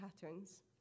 patterns